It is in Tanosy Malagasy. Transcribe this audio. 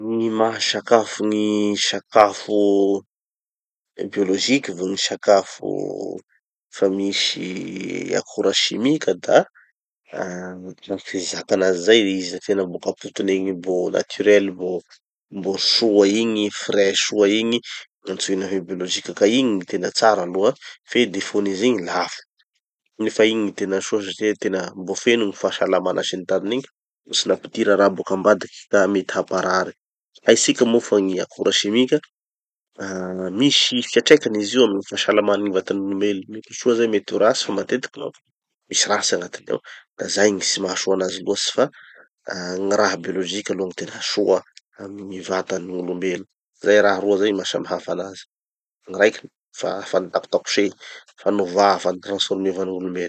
gny maha sakafo gny sakafo bioloziky vo gny sakafo fa misy akora simika da ah araky fizaka anazy zay izy da tena boka apotony egny mbo naturel mbo mbo soa igny frais soa igny gn'antsoina hoe biolozika ka igny gny tena tsara aloha fe defaut-n'izy igny lafo. Nefa igny gny tena soa satria tena mbo feno gny fahasalamana sy ny tariny igny, mbo tsy nampidira raha boka ambadiky ka mety hamparary. Haitsika moa fa gny akora simika, ah misy fiatraikany izy io amy gny fahasalaman'ny gny vatan'olom-belo, mety ho soa zay mety ho ratsy fa matetiky manko misy ratsy agnatiny ao. Da zay gny tsy mahasoa anazy loatsy fa gny raha biolozika aloha gny tena soa amy gny vatan'olom-belo. Zay raha roa zay gny maha samy hafa anazy. Gny raiky, fa fa nitakotakosehy fa novà fa notransformevan'olom-belo.